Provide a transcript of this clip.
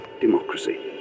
democracy